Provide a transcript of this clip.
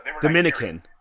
Dominican